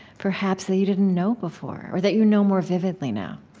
perhaps that you didn't know before or that you know more vividly now?